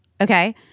Okay